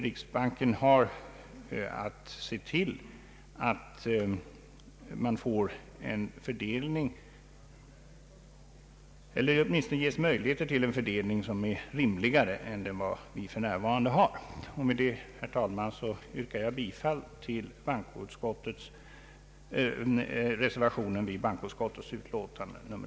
Riksbanken har att se till att det blir — eller åtminstone ges möjligheter till — en fördelning som är rimligare än den vi för närvarande har.